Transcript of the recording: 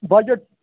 budget